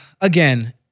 Again